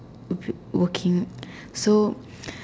working so